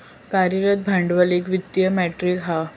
कार्यरत भांडवल एक वित्तीय मेट्रीक हा